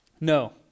No